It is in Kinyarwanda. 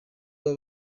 baba